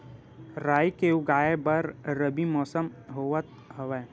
राई के उगाए बर रबी मौसम होवत हवय?